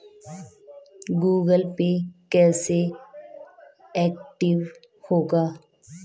Google Pay कैसे active होगा?